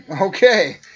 Okay